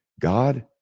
God